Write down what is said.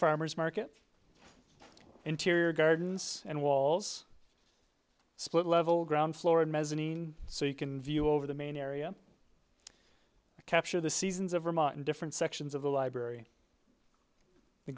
farmer's market interior gardens and walls split level ground floor and mezzanine so you can view over the main area capture the seasons of vermont and different sections of the library the